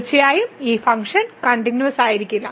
തീർച്ചയായും ഈ ഫംഗ്ഷൻ കണ്ടിന്യൂവസ്സായിരിക്കില്ല